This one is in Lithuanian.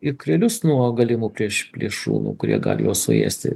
ikrelius nuo galimų plėšrūnų kurie gali juos suėsti